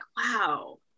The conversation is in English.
wow